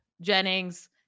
Jennings